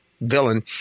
villain